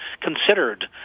considered